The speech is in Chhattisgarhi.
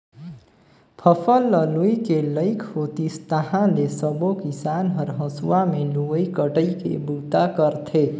फसल ल लूए के लइक होतिस ताहाँले सबो किसान हर हंसुआ में लुवई कटई के बूता करथे